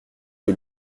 que